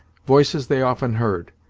voices they often heard,